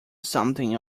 something